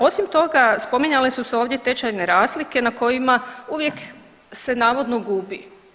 Osim toga, spominjale su se ovdje tečajne razlike na kojima uvijek se navodno gubi.